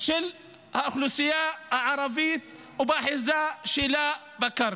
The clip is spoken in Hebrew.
של האוכלוסייה הערבית ובאחיזה שלה בקרקע.